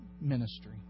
ministry